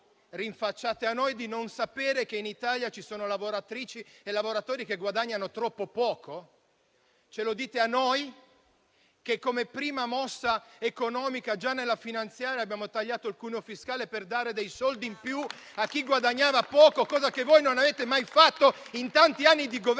rinfacciate di non sapere che in Italia ci sono lavoratrici e lavoratori che guadagnano troppo poco? Lo dite a noi, che come prima mossa economica, già nella legge di bilancio, abbiamo tagliato il cuneo fiscale per dare soldi in più a chi guadagnava poco, cosa che voi non avete mai fatto in tanti anni di Governo?